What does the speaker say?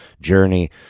journey